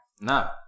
No